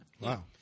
Wow